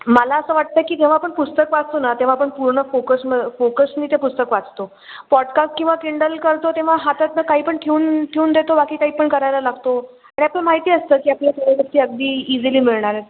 मला असं वाटतं की जेव्हा आपण पुस्तक वाचतो ना तेव्हा पण पूर्ण फोकस मग फोकसने ते पुस्तक वाचतो पॉडकास्ट किंवा किंडल करतो तेव्हा हातातून काही पण ठेवून ठेवून देतो बाकी काही पण करायला लागतो आणि आपल्याला माहिती असतं की आपल्या थोड्याची अगदी इझिली मिळणार आहे